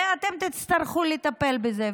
ואתם תצטרכו לטפל בזה.